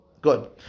Good